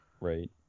Right